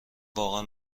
واقعا